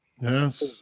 Yes